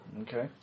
Okay